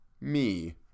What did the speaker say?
Me